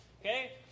Okay